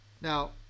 Now